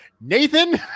Nathan